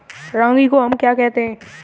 रागी को हम क्या कहते हैं?